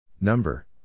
Number